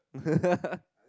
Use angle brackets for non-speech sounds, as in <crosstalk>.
<laughs>